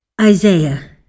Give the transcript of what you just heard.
Isaiah